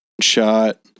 shot